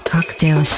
Cocktail